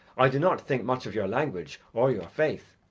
i do not think much of your language or your faith.